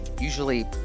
usually